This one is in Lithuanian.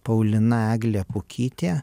paulina eglė pukytė